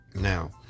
Now